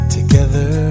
Together